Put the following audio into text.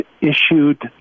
issued